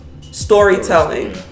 storytelling